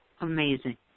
Amazing